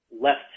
left